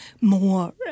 more